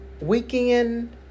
weekend